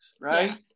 Right